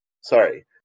Sorry